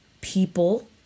people